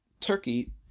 Turkey